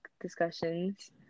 discussions